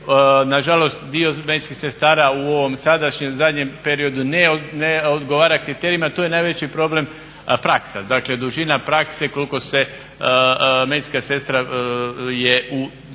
nažalost dio medicinskih sestara u ovom sadašnjem zadnjem periodu ne odgovara kriterijima. To je najveći problem praksa, dakle dužina prakse koliko se medicinska sestra je u